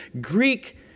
Greek